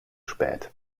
spät